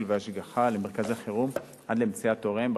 והשגחה) למרכזי חירום עד למציאת הוריהם ברשות,